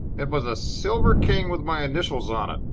it was a silver king with my initials on it,